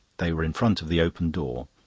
they were in front of the open door.